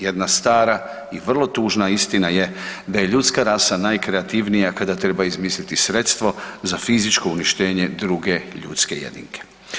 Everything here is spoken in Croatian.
Jedna stara i vrlo tužna istina je da je ljudska rasa najkreativnija kada treba izmisliti sredstvo za fizičko uništenje druge ljudske jedinke.